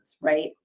right